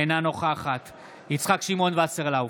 אינה נוכחת יצחק שמעון וסרלאוף,